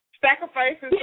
sacrifices